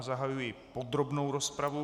Zahajuji podrobnou rozpravu.